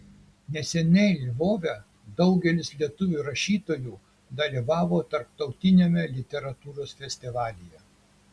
neseniai lvove daugelis lietuvių rašytojų dalyvavo tarptautiniame literatūros festivalyje